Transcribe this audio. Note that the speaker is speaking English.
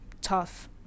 tough